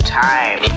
time